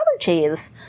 allergies